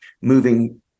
moving